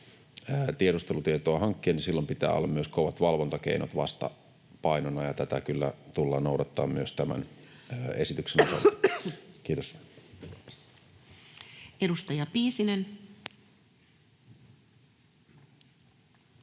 tiedustelutietoa hankkia, niin silloin pitää olla myös kovat valvontakeinot vastapainona. Tätä kyllä tullaan noudattamaan myös tämän esityksen osalta. — Kiitos. [Speech